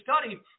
study